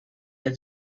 had